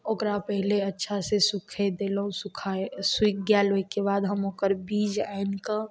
ओकरा पहिले अच्छासँ सुखा देलहुँ सुखा सुखि गेल हम ओकर बाद ओइ बीजके आनिकऽ